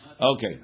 Okay